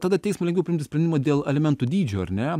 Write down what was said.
tada teismui lengviau priimti sprendimą dėl alimentų dydžio ar ne